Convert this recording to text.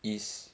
is